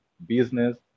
business